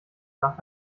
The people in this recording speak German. nach